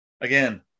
Again